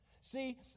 See